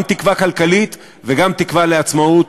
גם תקווה כלכלית וגם תקווה לעצמאות,